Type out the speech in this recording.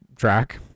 track